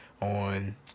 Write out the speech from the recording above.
on